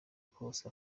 kose